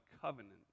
covenant